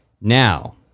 Now